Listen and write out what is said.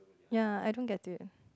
ya I don't get it